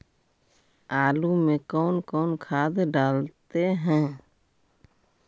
आलू में कौन कौन खाद डालते हैं?